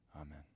Amen